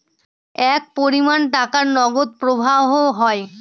এক পরিমান টাকার নগদ প্রবাহ হয়